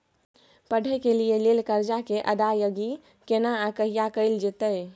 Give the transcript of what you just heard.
पढै के लिए लेल कर्जा के अदायगी केना आ कहिया कैल जेतै?